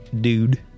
Dude